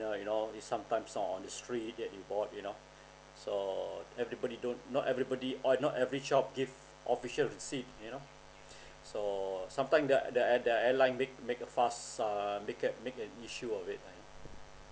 you know is sometimes on on the street that you bought you know so everybody don't not everybody all not every shop give official receipt you know so sometime the the the airline make make a fuss um make an make an issue of it lah